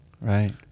Right